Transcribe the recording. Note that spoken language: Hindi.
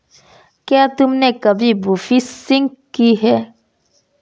क्या तुमने कभी बोफिशिंग की है?